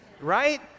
right